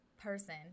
person